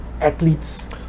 athletes